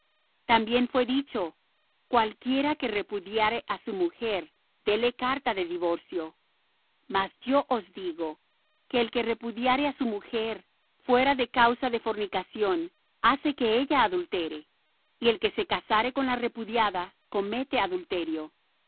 también fué dicho cualquiera que repudiare á su mujer déle carta de divorcio mas yo os digo que el que repudiare á su mujer fuera de causa de fornicación hace que ella adultere y el que se casare con la repudiada comete adulterio